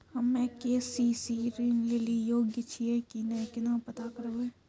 हम्मे के.सी.सी ऋण लेली योग्य छियै की नैय केना पता करबै?